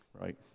right